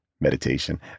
meditation